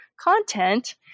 content